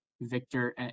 victor